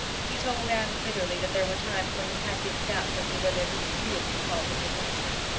he told anne bitterly that there were times when he had his doubts as to whether he was really called to be a minister.